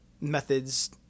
methods